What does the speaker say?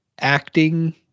acting